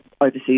overseas